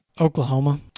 Oklahoma